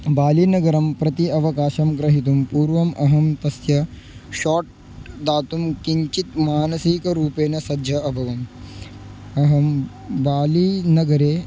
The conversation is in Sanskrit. बालीनगरं प्रति अवकाशं ग्रहीतुं पूर्वम् अहं तस्य शार्ट् दातुं किञ्चित् मानसिकरूपेण सज्ज अभवम् अहं बालीनगरे